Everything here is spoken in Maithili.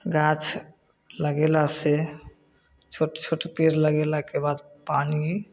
गाछ लगेलासँ छोट छोट पेड़ लगेलाके बाद पानि